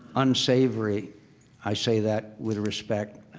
unsavory i say that with respect